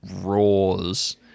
roars